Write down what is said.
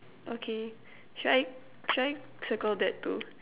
okay should I should I circle that too